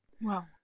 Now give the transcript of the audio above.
Wow